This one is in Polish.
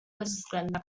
bezwzględna